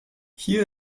hier